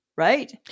right